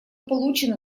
получено